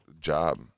job